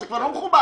זה כבר לא מכובד.